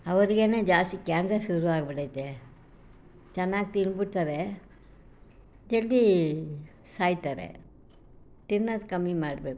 ಅವರಿಗೇನೆ ಜಾಸ್ತಿ ಕ್ಯಾನ್ಸರ್ ಶುರುವಾಗ್ಬಿಟ್ಟೈತೆ ಚೆನ್ನಾಗಿ ತಿಂದ್ಬಿಡ್ತಾರೆ ತಿರುಗಿ ಸಾಯ್ತಾರೆ ತಿನ್ನೋದು ಕಮ್ಮಿ ಮಾಡಬೇಕು